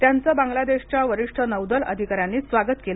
त्यांचे बांगलादेशाच्या वरिष्ठ नौदल अधिकाऱ्यांनी स्वागत केले